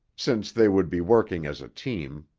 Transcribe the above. since they would be working as a team.